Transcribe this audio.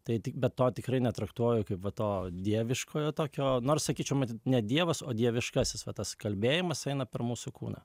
tai tik bet to tikrai netraktuoju kaip va to dieviškojo tokio nors sakyčiau mat ne dievas o dieviškasis va tas kalbėjimas eina per mūsų kūną